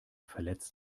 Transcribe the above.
verletzt